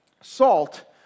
salt